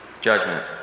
judgment